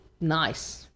nice